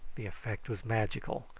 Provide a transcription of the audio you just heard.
the effect was magical.